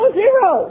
zero